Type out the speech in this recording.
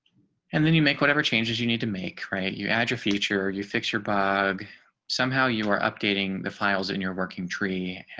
and then you make whatever changes you need to make right you add your feature you fix your bug somehow you are updating the files and you're working tree.